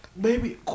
Baby